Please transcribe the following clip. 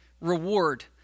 reward